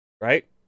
right